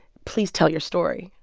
please tell your story.